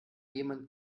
jemand